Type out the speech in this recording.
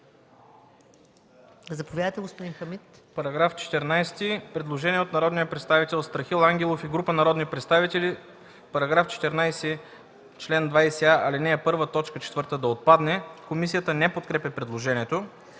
Заповядайте, господин Хамид.